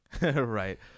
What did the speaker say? Right